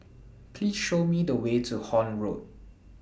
Please Show Me The Way to Horne Road